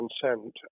consent